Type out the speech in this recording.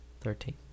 Thirteen